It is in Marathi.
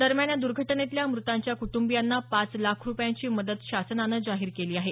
दरम्यान या दुर्घटनेतल्या मृतांच्या कुटुंबीयांना पाच लाख रुपयांची मदत शासनानं जाहीर केली आहे